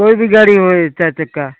कोई भी गाड़ी होए चार चक्का